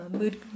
mood